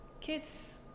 Kids